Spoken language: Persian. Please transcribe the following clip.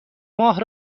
ماه